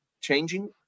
changing